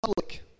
public